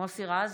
מוסי רז,